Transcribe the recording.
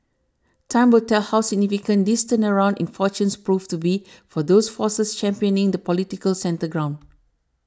time will tell how significant this turnaround in fortunes proves to be for those forces championing the political centre ground